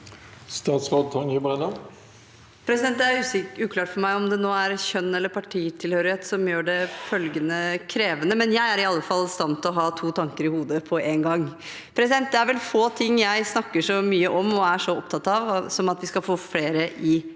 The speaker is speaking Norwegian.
Statsråd Tonje Brenna Det er uklart for meg om det nå er kjønn eller partitilhørighet som gjør dette krevende, men jeg er i alle fall i stand til å ha to tanker i hodet på én gang. Det er vel få ting jeg snakker så mye om, og er så opptatt av, som at vi skal få flere i